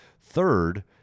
Third